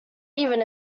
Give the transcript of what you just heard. even